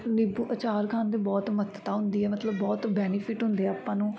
ਨਿੰਬੂ ਅਚਾਰ ਖਾਣ ਦੇ ਬਹੁਤ ਮਹੱਤਤਾ ਹੁੰਦੀ ਹੈ ਮਤਲਬ ਬਹੁਤ ਬੈਨੀਫਿੱਟ ਹੁੰਦੇ ਆਪਾਂ ਨੂੰ